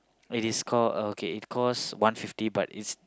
it is called uh okay it cost one fifty but it's